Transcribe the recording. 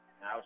Now